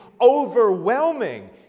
overwhelming